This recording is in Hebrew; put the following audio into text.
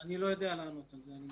אני לא יודע לענות על זה.